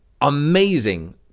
amazing